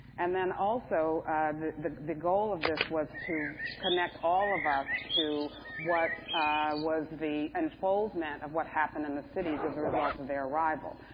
and then also the the goal of this was to connect all of us to what was the unfoldment of what happened in the cities as a result of their arrival.